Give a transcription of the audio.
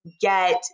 get